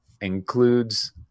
includes